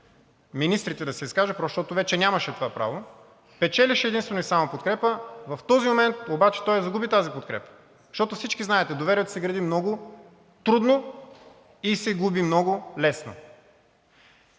министрите да се изкаже просто защото нямаше това право, печелеше единствено и само подкрепа, в този момент обаче той загуби тази подкрепа. Защото всички знаете – доверието се гради много трудно и се губи много лесно.